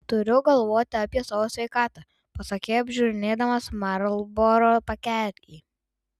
turiu galvoti apie savo sveikatą pasakei apžiūrinėdamas marlboro pakelį